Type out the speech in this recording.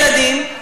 ילדים,